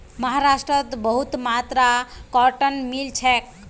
महाराष्ट्रत बहुत मात्रात कॉटन मिल छेक